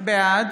בעד